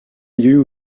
you